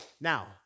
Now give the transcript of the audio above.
now